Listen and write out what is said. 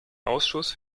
ausschuss